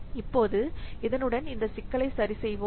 இப்போது இதனுடன் இந்த சிக்கலை சரி செய்வோம்